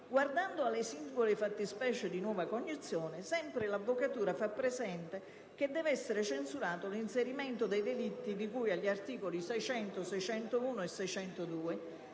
Guardando alle singole fattispecie di nuova cognizione, sempre l'Avvocatura fa presente che deve essere censurato l'inserimento dei delitti di cui agli articoli 600, 601 e 602.